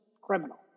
criminal